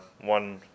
one